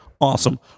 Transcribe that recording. Awesome